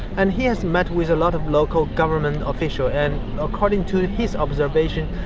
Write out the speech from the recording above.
and he has met with a lot of local government officials and according to to his observation,